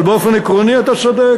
אבל באופן עקרוני אתה צודק.